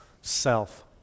self